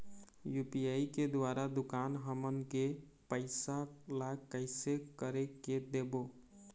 UPI के द्वारा दुकान हमन के पैसा ला कैसे कर के देबो?